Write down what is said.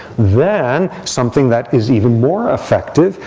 then something that is even more effective,